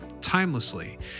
timelessly